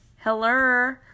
hello